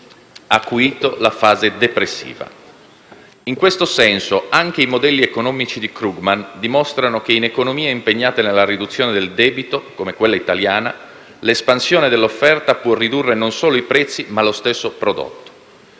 acuito la fase depressiva. In questo senso anche i modelli economici di Krugman dimostrano che in economie impegnate nella riduzione del debito, come quella italiana, l'espansione dell'offerta può ridurre non solo i prezzi, ma lo stesso prodotto.